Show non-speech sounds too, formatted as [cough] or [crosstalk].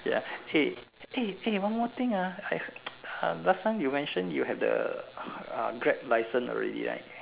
ya hey hey one more thing ah I heard [noise] last time you mention you have the uh Grab licence already right